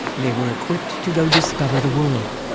they were equipped to go discover the world.